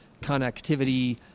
connectivity